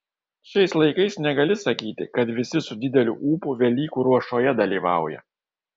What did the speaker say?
šiais laikais negali sakyti kad visi su dideliu ūpu velykų ruošoje dalyvauja